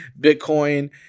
Bitcoin